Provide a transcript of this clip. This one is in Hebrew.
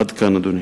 עד כאן, אדוני.